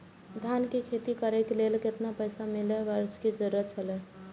धान के खेती करे के लेल कितना मिली वर्षा के जरूरत छला?